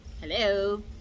Hello